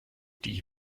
die